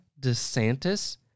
DeSantis